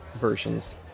versions